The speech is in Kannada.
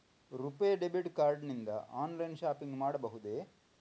ರುಪೇ ಡೆಬಿಟ್ ಕಾರ್ಡ್ ನಿಂದ ಆನ್ಲೈನ್ ಶಾಪಿಂಗ್ ಮಾಡಬಹುದೇ?